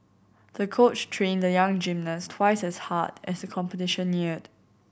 the coach trained the young gymnast twice as hard as the competition neared